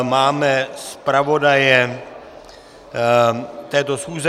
Máme zpravodaje této schůze.